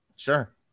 sure